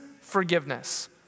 forgiveness